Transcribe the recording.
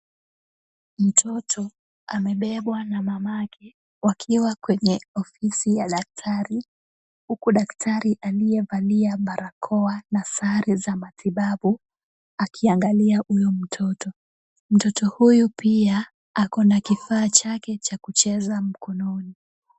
Mtoto amebebwa na mama yake wakiwa kwenye ofisi ya daktari, huku daktari aliyevalia barakoa na sare za matibabu akiangalia huyo mtoto. Mtoto huyu pia ako na kifaa chake cha kucheza mkononi.